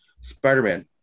spider-man